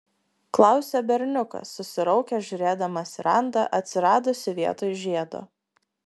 klausia berniukas susiraukęs žiūrėdamas į randą atsiradusį vietoj žiedo